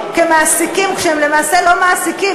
כמעסיקים כשהם למעשה לא מעסיקים,